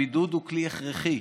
הבידוד הוא כלי הכרחי.